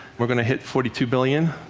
we're going to hit forty two billion.